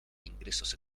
ingresos